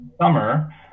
summer